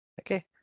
okay